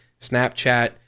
Snapchat